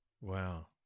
Wow